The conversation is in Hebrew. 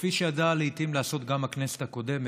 כפי שידעה לעיתים לעשות גם הכנסת הקודמת,